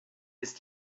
ist